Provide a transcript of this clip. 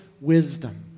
wisdom